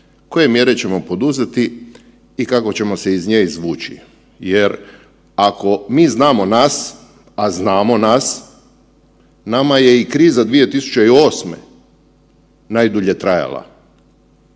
koje mjere ćemo poduzeti i kako ćemo se iz nje izvući jer ako mi znamo nas, a znamo nas, nama je i kriza 2008. najdulje trajala.